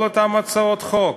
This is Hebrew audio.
כל אותן הצעות חוק